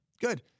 Good